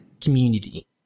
community